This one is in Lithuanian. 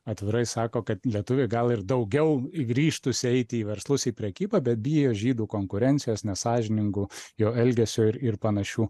atvirai sako kad lietuviai gal ir daugiau ryžtųsi eiti į verslus į prekybą bet bijo žydų konkurencijos nesąžiningų jo elgesio ir ir panašių